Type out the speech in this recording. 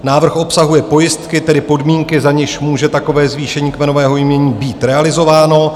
Návrh obsahuje pojistky, tedy podmínky, za nichž může takové zvýšení kmenového jmění být realizováno.